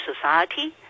society